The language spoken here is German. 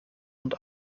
und